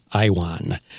Iwan